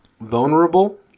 Vulnerable